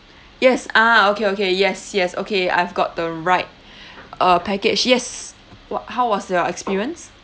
yes ah okay okay yes yes okay I've got the right uh package yes wha~ how was your experience